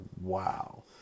wow